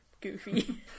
goofy